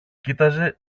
κοίταζε